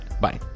Bye